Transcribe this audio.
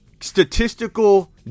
statistical